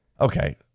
Okay